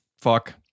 Fuck